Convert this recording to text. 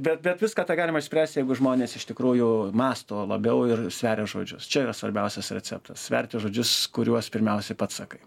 bet bet viską tą galima išspręst jeigu žmonės iš tikrųjų mąsto labiau ir sveria žodžius čia yra svarbiausias receptas sverti žodžius kuriuos pirmiausiai pats sakai